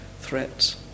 threats